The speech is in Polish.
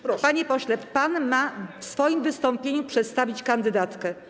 Panie pośle, pan ma w swoim wystąpieniu przedstawić kandydatkę.